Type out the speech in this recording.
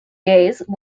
gaze